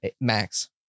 Max